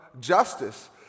justice